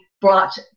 brought